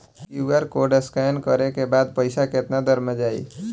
QR code scan न करे क बाद पइसा केतना देर म जाई?